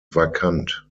vakant